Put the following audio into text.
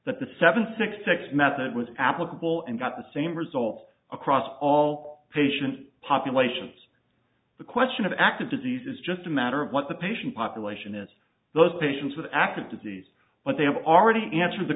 that the seven six six method was applicable and got the same result across all patient populations the question of active disease is just a matter of what the patient population is those patients with active disease but they have already answered the